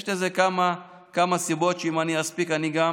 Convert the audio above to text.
יש לזה כמה סיבות, ואם אספיק אני גם